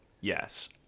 Yes